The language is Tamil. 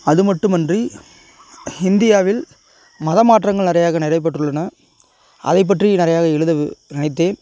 அதுமட்டுமன்றி இந்தியாவில் மதமாற்றங்கள் நிறையாக நடைபெற்றுள்ளன அதைப் பற்றி நிறையாக எழுத நினைத்தேன்